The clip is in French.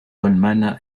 goldman